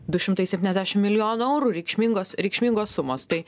du šimtai septyniasdešim milijonų eurų reikšmingos reikšmingos sumos tai